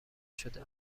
شده